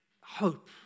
hope